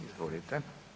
Izvolite.